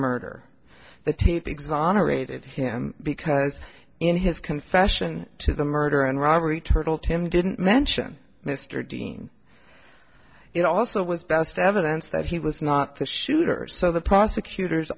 murder the tape exonerated him because in his confession to the murder and robbery turtle tim didn't mention mr dean it also was best evidence that he was not the shooter so the prosecutor